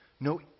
No